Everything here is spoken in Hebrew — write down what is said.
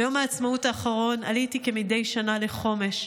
ביום העצמאות האחרון עליתי כמדי שנה לחומש,